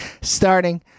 starting